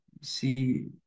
see